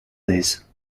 this